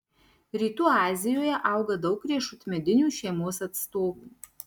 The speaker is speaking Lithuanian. rytų azijoje auga daug riešutmedinių šeimos atstovų